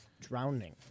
drowning